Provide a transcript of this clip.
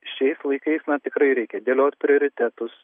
šiais laikais man tikrai reikia dėliot prioritetus